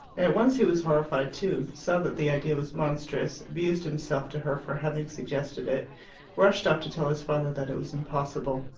at once he was horrified too saw that the idea was monstrous abused himself to her for having suggested it rushed off to tell his father that it was impossible.